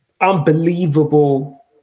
unbelievable